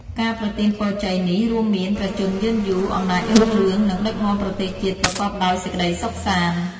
ការប្រទានពរជ័យនេះរួមមាន ព្រះជន្មយឺនយូរ អំណាចរុងរឿង និងដឹកនាំប្រទេសជាតិប្រកបដោយសេចក្តីសុខសាន្ត។